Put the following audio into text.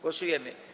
Głosujemy.